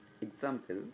Example